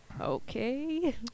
Okay